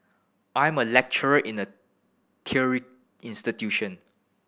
I'm a lecturer in a teary institution